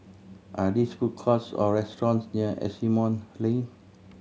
are this food courts or restaurants near Asimont Lane